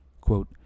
Quote